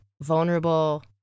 vulnerable